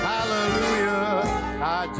Hallelujah